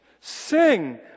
Sing